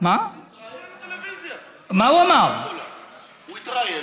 יכול להיות שהוא טעה,